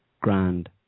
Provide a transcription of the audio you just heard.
grand